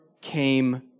came